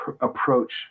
approach